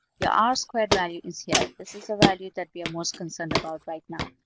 your r square value is here. this is a value that we are most concerned about right now,